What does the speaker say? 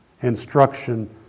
instruction